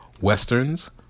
westerns